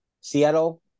Seattle –